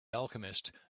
alchemist